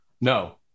No